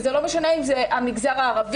וזה לא משנה אם זה המגזר הערבי,